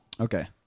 Okay